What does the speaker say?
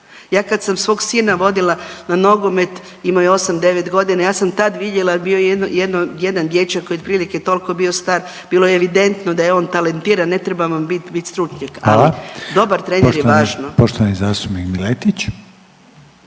Ja kad sam svog sina vodila na nogomet, imao je 8-9.g., ja sam tad vidjela, bio je jedan dječak koji je otprilike tolko bio star, bilo je evidentno da je on talentiran, ne treba vam bit, bit stručnjak…/Upadica: Hvala/… ali dobar trener je važno. **Reiner, Željko